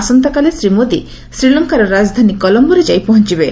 ଆସନ୍ତାକାଲି ଶ୍ରୀ ମୋଦି ଶ୍ରୀଲଙ୍କାର ରାଜଧାନୀ କଲମ୍ଘୋରେ ଯାଇ ପହଞ୍ଚବେ